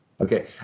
Okay